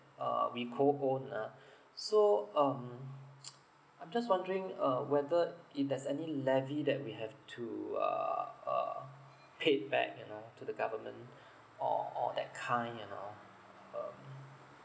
uh we co own ah so um I'm just wondering uh whether if there's any levy that we have to uh uh paid back you know to the government or or that kind you know um